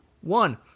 one